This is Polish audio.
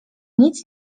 nic